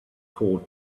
called